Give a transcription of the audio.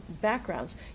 backgrounds